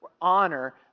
honor